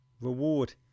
reward